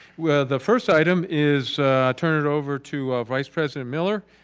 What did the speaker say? the first item is i'll turn it over to vice president miller.